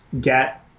get